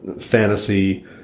fantasy